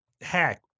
hack